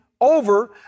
over